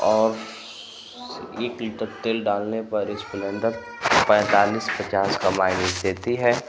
और एक लीटर तेल डालने पर स्प्लेन्डर पैँतालिस पचास का माइलेज़ देती है